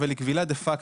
אבל היא כבילה דה פקטו,